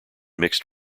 mixed